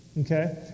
Okay